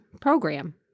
program